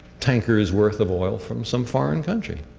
tankers worth of oil from some foreign country.